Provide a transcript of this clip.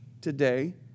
today